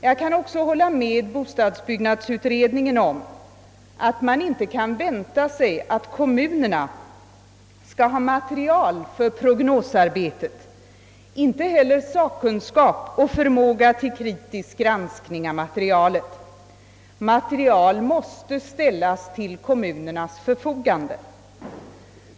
Jag kan också hålla med bostadsbyggnadsutredningen om att man inte kan vänta sig att kommunerna skall ha material för prognosarbete och inte heller att de skall ha sakkunskap och förmåga till kritisk granskning av material. Material måste ställas till kommunernas förfogande.